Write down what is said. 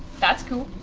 that's cool.